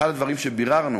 אחד הדברים שביררנו